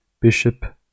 Bishop